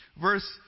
Verse